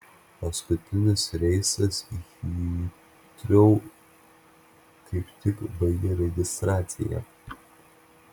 paskutinis reisas į hitrou kaip tik baigė registraciją